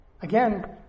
Again